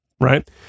Right